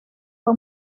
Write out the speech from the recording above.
fue